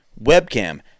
webcam